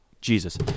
Jesus